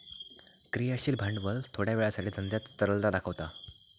क्रियाशील भांडवल थोड्या वेळासाठी धंद्यात तरलता दाखवता